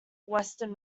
western